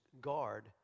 guard